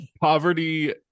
Poverty